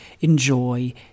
enjoy